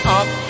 up